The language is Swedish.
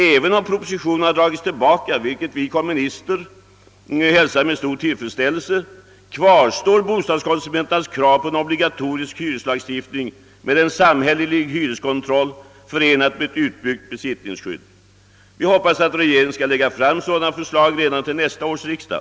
även om propositionen har dragits tillbaka — vilket vi kommunister hälsar med stor tillfredsställelse — kvarstår bostadskonsumenternas krav på en obligatorisk hyreslagstiftning med samhällelig hyreskontroll, förenad med ett utbyggt besittningsskydd. Vi hoppas att regeringen skall lägga fram sådana för slag redan till nästa års riksdag.